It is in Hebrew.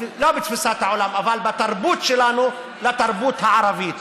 לא בתפיסת העולם, אבל בתרבות שלנו, לתרבות הערבית,